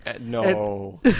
No